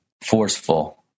forceful